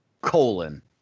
Colon